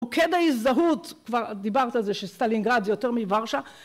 כדאי זהות כבר דיברת על זה שסטלינגרד יותר מורשה